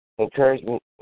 encouragement